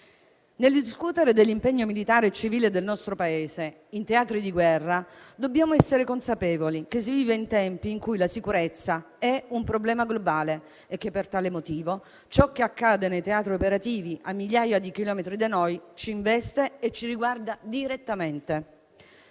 Nel discutere dell'impegno militare e civile del nostro Paese in teatri di guerra dobbiamo essere consapevoli che si vive in tempi in cui la sicurezza è un problema globale e che, per tale motivo, ciò che accade nei teatri operativi a migliaia di chilometri da noi ci investe e ci riguarda direttamente.